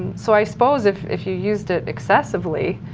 so i suppose if if you used it excessively,